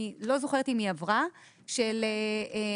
אני לא זוכרת אם היא עברה של החמרה